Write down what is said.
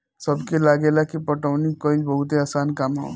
सबके लागेला की पटवनी कइल बहुते आसान काम ह